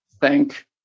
thank